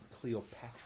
Cleopatra